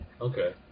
Okay